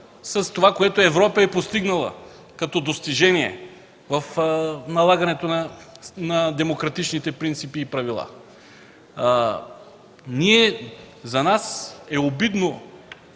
с това, което Европа е постигнала като достижение в налагането на демократичните принципи и правила. За нас е обидно